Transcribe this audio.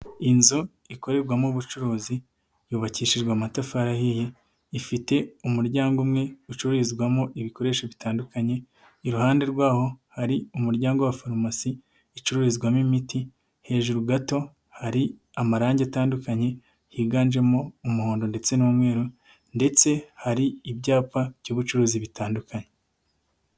Inzu ikorerwamo ubucuruzi yubakishijwe amatafari ahiye, ifite umuryango umwe ucururizwamo ibikoresho bitandukanye, iruhande rw'aho hari umuryango wa farumasi icururizwamo imiti, hejuru gato hari amarangi atandukanye higanjemo umuhondo ndetse n'umweru ndetse hari n'ibyapa by'ubucuruzi bitandukanye.